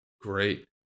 Great